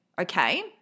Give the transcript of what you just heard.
okay